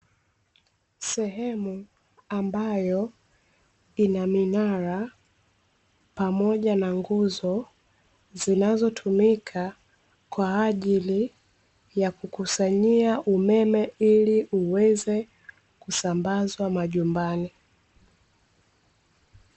Sehemu ambayo ina minara pamoja na nguzo, zinazotumika kwa ajili ya kukusanyia umeme ili uweze kusambazwa majumbani.